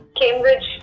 Cambridge